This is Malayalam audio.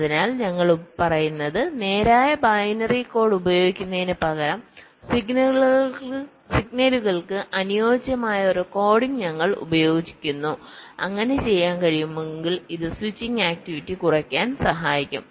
അതിനാൽ ഞങ്ങൾ പറയുന്നത് നേരായ ബൈനറി കോഡ് ഉപയോഗിക്കുന്നതിനുപകരം സിഗ്നലുകൾക്ക് അനുയോജ്യമായ ഒരു കോഡിംഗ് ഞങ്ങൾ ഉപയോഗിക്കുന്നു അങ്ങനെ ചെയ്യാൻ കഴിയുമെങ്കിൽ ഇത് സ്വിച്ചിംഗ് ആക്റ്റിവിറ്റി കുറയ്ക്കാൻ സഹായിക്കും